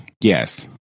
Yes